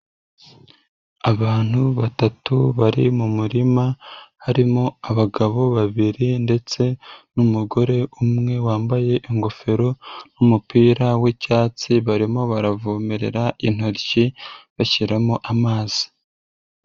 Abantu batatu bari mu murima harimo abagabo babiri ndetse n'umugore umwe wambaye ingofero n'umupira w'icyatsi, barimo baravomerera intoryi bashyiramo amazi.